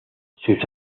sus